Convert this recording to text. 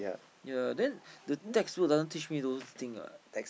yea then the textbook doesn't teach me those thing [what]